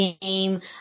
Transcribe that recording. game